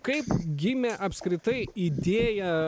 kaip gimė apskritai idėja